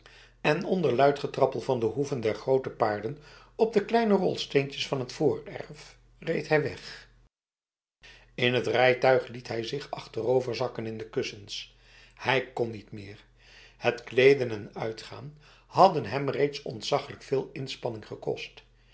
en onder luid getrappel van de hoeven der grote paarden op de kleine rolsteentjes van het voorerf reed hij weg in het rijtuig liet hij zich achtero verzakken in de kussens hij kon niet meer het kleden en uitgaan hadden hem reeds ontzaglijk veel inspanning gekost